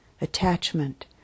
attachment